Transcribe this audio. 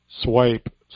Swipe